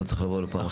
לא צריך לבוא לפה?